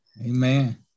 amen